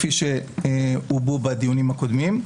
כפי שהובעו בדיונים הקודמים.